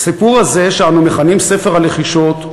"הסיפור הזה שאנו מכנים 'ספר הלחישות',